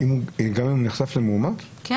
גם אם הוא נחשף למאומת?